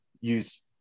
use